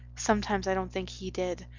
sometimes i don't think he did.